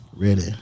Ready